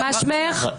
מה שמך?